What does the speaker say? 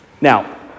Now